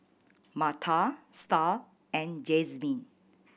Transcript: Martha Starr and Jazmin